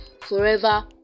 forever